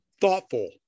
thoughtful